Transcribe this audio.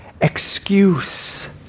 excuse